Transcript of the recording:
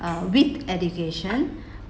uh with education